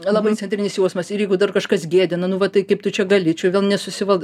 labai centrinis jausmas ir jeigu dar kažkas gėdina nu va tai kaip tu čia gali čia gal nesusivald